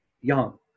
young